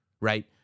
right